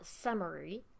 summary